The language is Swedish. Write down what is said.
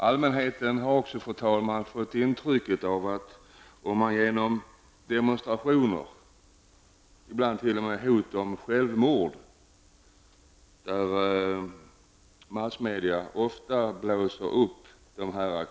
Allmänheten har också, fru talman, fått intrycket av att man genom demonstrationer, ibland t.o.m. hot om självmord, kan erhålla ett uppehållstillstånd i Sverige.